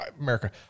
America